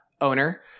owner